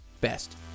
best